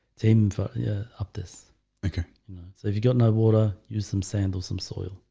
taming for yeah up this okay. so if you got no water use some sand or some soil,